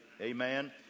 Amen